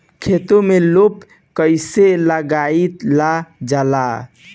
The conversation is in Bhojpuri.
खेतो में लेप कईसे लगाई ल जाला?